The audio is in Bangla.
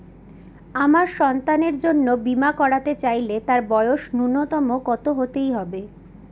আমার সন্তানের জন্য বীমা করাতে চাইলে তার বয়স ন্যুনতম কত হতেই হবে?